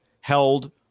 held